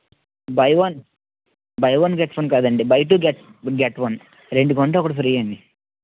by one buy one get one కాదండి buy two get one రెండు కొంటే ఒకటి ఫ్రీ అండి